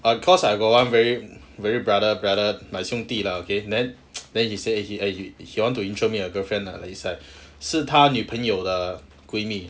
like cause I got one very very brother brother like 兄弟 lah okay then then he said eh he want to intro me a girlfriend lah is like 是他女朋友的闺蜜 ah